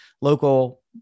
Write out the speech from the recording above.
local